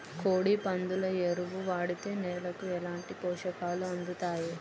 కోడి, పందుల ఎరువు వాడితే నేలకు ఎలాంటి పోషకాలు అందుతాయి